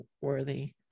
worthy